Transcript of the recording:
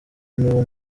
niwo